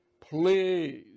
please